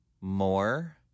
more